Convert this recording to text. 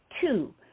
Two